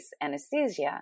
anesthesia